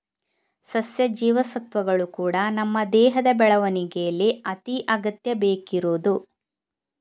ಸಸ್ಯ ಜೀವಸತ್ವಗಳು ಕೂಡಾ ನಮ್ಮ ದೇಹದ ಬೆಳವಣಿಗೇಲಿ ಅತಿ ಅಗತ್ಯ ಬೇಕಿರುದು